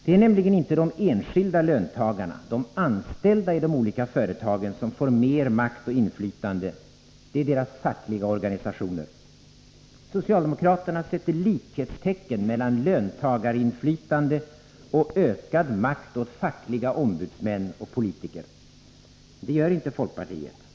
Det är nämligen inte de enskilda löntagarna — de anställda i de olika företagen — som får mer makt och inflytande utan deras fackliga organisationer. Socialdemokraterna sätter likhetstecken mellan löntagarinflytande och ökad makt åt fackliga ombudsmän och åt politiker. Men det gör inte folkpartiet.